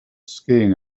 skiing